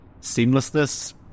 seamlessness